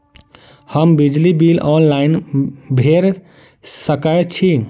हम बिजली bill online भैर सकै छी?